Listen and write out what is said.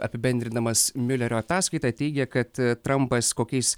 apibendrindamas miulerio ataskaitą teigė kad trampas kokiais